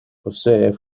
posee